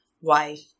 wife